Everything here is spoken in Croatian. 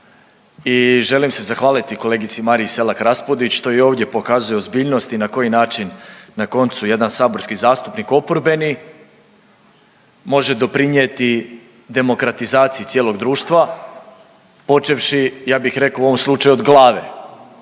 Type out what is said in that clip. i želim se zahvaliti kolegici Mariji Selak Raspudić što i ovdje pokazuje ozbiljnost i na koji način na koncu, jedan saborski zastupnik oporbeni, može doprinijeti demokratizaciji cijelog društva, počevši ja bih rekao u ovom slučaju od glave.